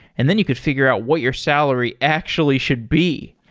and then you could figure out what your salary actually should be.